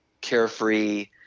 carefree